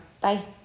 Bye